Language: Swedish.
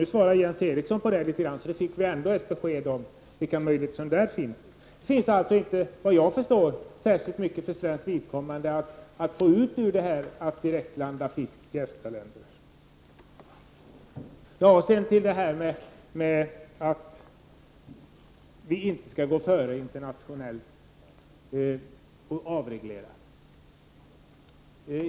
Nu berörde Jens Eriksson den frågan, så vi fick ändå ett besked om vilka möjligheter som det finns där. Såvitt jag förstår finns det inte särskilt mycket för svenskt vidkommande att hämta ur detta med att direktlanda fisk i EFTA-länderna. Kaj Larsson sade att vi inte skall gå i spetsen internationellt när det gäller att avreglera.